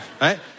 right